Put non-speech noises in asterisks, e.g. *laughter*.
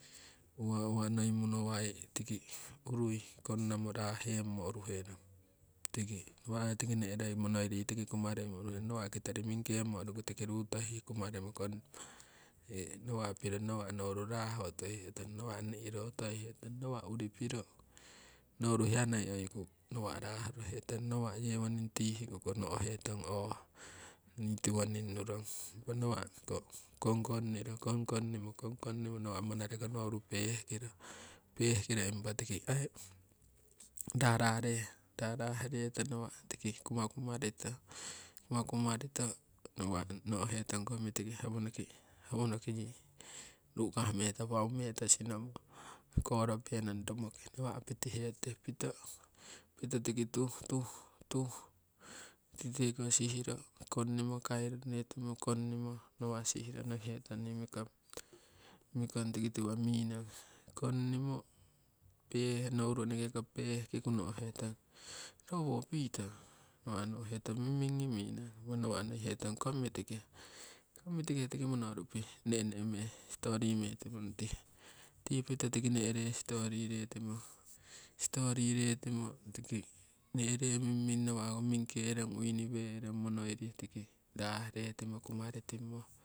Uwa uwa noi monowai tiki urui kongnamo rah hemmo uruherong tiki nawa'ko tiki ne'eroi monoiri kumarimo tuhetong, nawa' kitori mingkemo uruku rutohii kumarimo kongnimo nawa' piro nawa' nouru rah hoo toihetong. Nawa' ni'ro toihe tong, nawa' urii piro nouru hiya noi oikuu, nawa' rah horohetong nawa' yewoning tihiku no'hetong oho nii tiwoning nurong impa nawa'ko kong kongniro kong kongnimo nawa' manare ko nowori pehkiro, pehkiro impa tiki aii rarah reto nawa' tiki kumakuma rito nawa' nohetong kong mitike howonoki yii ru'kah meto paumeto korope nong romoki. Nawa' pitehe tute pito tiki tuh tuh tikite ko sihiro kongnimo, kairuroromo nawa' sihiro nokihetong nii mikong. Mikong tiki tiwo minong kongnimo nowori eneke pehkiku no'hetong *noise* roowo pitong nawa' no'hetong mimmingi minong nawa', nohihe tong kong mitike. Kong mitike tiki monorupih ne'nemeh stori metimo nutihe tii pito tiki ne'reh stori retime, stori retime *noise* tiki ne'reh mimming nawa' ho mingkee rong wuiniwe'rong monoirih tiki rah retime kumaritimo.